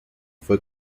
fue